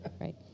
right